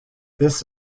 this